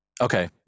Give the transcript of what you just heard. Okay